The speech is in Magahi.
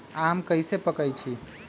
आम कईसे पकईछी?